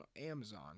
Amazon